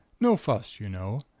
no fuss, you know.